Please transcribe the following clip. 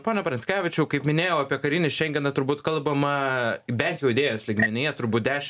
pone pranckevičiau kaip minėjau apie karinį šengeną turbūt kalbama bent jau idėjos lygmenyje turbūt dešimt